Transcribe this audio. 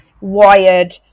wired